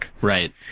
Right